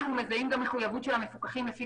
אנחנו מזהים גם מחויבות של המפוקחים לפי